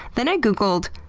then i googled,